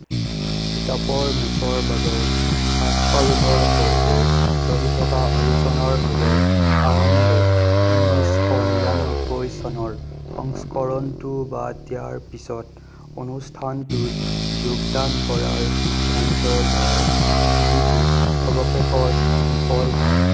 খিতাপৰ মেচৰ বাবে কাস্পাৰোভৰ সৈতে চলি থকা আলোচনাৰ বাবে আনন্দে ঊনৈছশ নিৰান্নব্বৈ চনৰ সংস্কৰণটো বাদ দিয়াৰ পিছত অনুষ্ঠানটোত যোগদান কৰাৰ সিদ্ধান্ত লয় যিটো অৱশেষত বিফল হয়